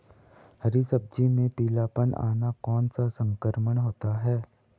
हरी सब्जी में पीलापन आना कौन सा संक्रमण होता है?